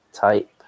type